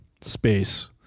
space